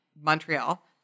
Montreal